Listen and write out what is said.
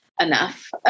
enough